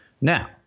Now